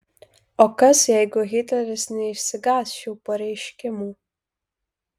o kas jeigu hitleris neišsigąs šių pareiškimų